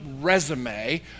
resume